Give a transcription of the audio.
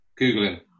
Googling